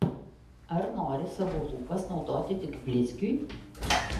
ar nori savo lūpas naudoti tik blizgiui